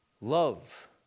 Love